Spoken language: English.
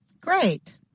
Great